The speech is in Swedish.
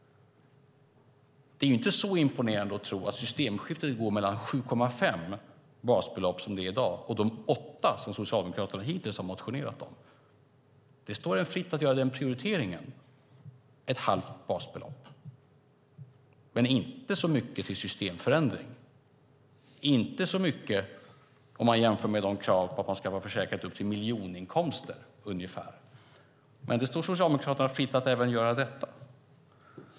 Det är inte så imponerande att tro att systemskiftet går mellan 7,5 basbelopp, som det är i dag, och de 8 basbelopp som Socialdemokraterna hittills har motionerat om. Det står er fritt att göra den prioriteringen. Ett halvt basbelopp innebär inte så stor systemförändring. Det är inte så mycket om man jämför med kraven på att man ska vara försäkrad upp till miljoninkomster. Men det står Socialdemokraterna fritt att även göra detta.